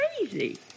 crazy